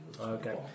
Okay